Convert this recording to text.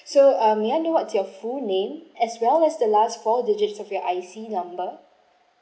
so mm may I know what's your full name as well as the last four digit of you I_C number